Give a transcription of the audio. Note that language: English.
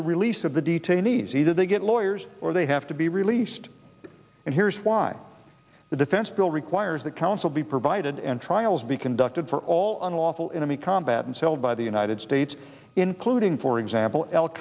the release of the detainees either they get lawyers or they have to be released and here's why the defense bill requires that council be provided and trials be conducted for all unlawful enemy combatants held by the united states including for example al